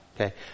okay